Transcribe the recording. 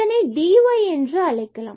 இதனை dy என்று அழைக்கலாம்